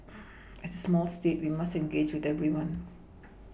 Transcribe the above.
as a small state we must engage with everyone